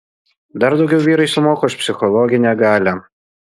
dar daugiau vyrai sumoka už psichologinę galią